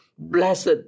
Blessed